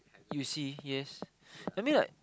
you see yes I mean like